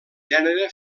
gènere